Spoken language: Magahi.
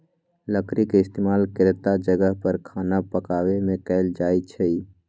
लकरी के इस्तेमाल केतता जगह पर खाना पकावे मे कएल जाई छई